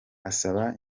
asaba